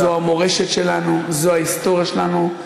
זו המורשת שלנו, זו ההיסטוריה שלנו.